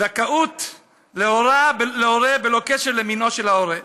זכאות להורה, בלא קשר למינו של ההורה.